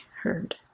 heard